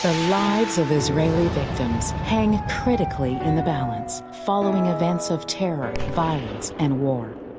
lives of israeli victims hang critically in the balance following events of terror, violence, and war.